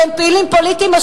שהם פעילים פוליטיים,